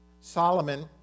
Solomon